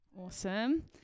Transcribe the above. Awesome